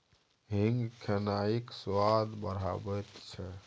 हींग खेनाइक स्वाद बढ़ाबैत छै